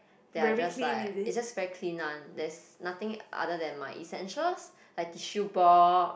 there are just like it's just very clean one there is nothing other than my essentials like tissue box